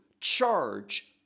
charge